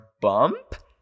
bump